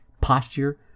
posture